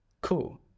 Cool